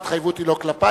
ההתחייבות היא לא כלפי,